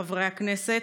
חברי הכנסת,